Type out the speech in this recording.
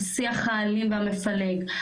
השיח האלים והמפלג,